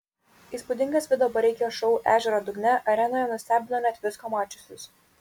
įspūdingas vido bareikio šou ežero dugne arenoje nustebino net visko mačiusius